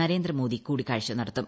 നരേന്ദ്രമോദി കൂടിക്കാഴ്ച നടത്തും